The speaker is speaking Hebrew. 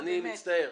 אני מצטער.